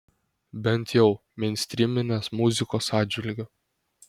bent jau meinstryminės muzikos atžvilgiu